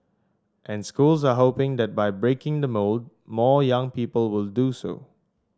and schools are hoping that by breaking the mould more young people will do so